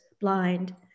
blind